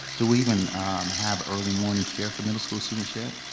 do we even have early morning care for middle school students yet?